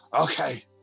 Okay